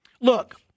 Look